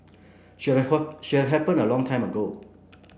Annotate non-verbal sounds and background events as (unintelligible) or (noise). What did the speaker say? should (unintelligible) should have happened a long time ago